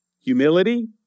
humility